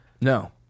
No